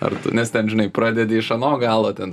ar tu nes ten žinai pradedi iš ano galo ten